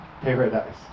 Paradise